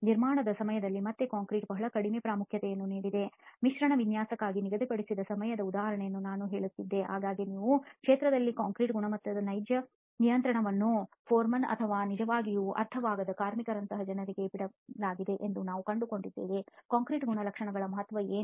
ನಿರ್ಮಾಣದ ಸಮಯದಲ್ಲಿ ಮತ್ತೆ ಕಾಂಕ್ರೀಟ್concrete ಬಹಳ ಕಡಿಮೆ ಪ್ರಾಮುಖ್ಯತೆಯನ್ನು ನೀಡಿದೆ ಮಿಶ್ರಣ ವಿನ್ಯಾಸಕ್ಕಾಗಿ ನಿಗದಿಪಡಿಸಿದ ಸಮಯದ ಉದಾಹರಣೆಯನ್ನು ನಾನು ಹೇಳುತ್ತಿದ್ದೆ ಆಗಾಗ್ಗೆ ನೀವು ಕ್ಷೇತ್ರದಲ್ಲಿ ಕಾಂಕ್ರೀಟ್concrete ಗುಣಮಟ್ಟದ ನೈಜ ನಿಯಂತ್ರಣವನ್ನು ಫೋರ್ಮೆನ್ foremen ಅಥವಾ ನಿಜವಾಗಿಯೂ ಅರ್ಥವಾಗದ ಕಾರ್ಮಿಕರಂತಹ ಜನರಿಗೆ ಬಿಡಲಾಗಿದೆ ಎಂದು ನೀವು ಕಂಡುಕೊಳ್ಳುತ್ತೀರಿ ಕಾಂಕ್ರೀಟ್concrete ಗುಣಲಕ್ಷಣಗಳ ಮಹತ್ವ ಏನು